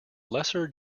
lesser